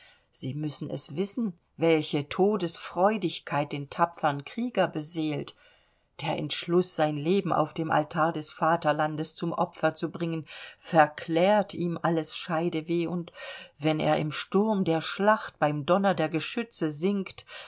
sie müssen es wissen welche todesfreudigkeit den tapfern krieger beseelt der entschluß sein leben auf dem altar des vaterlandes zum opfer zu bringen verklärt ihm alles scheideweh und wenn er im sturm der schlacht beim donner der geschütze sinkt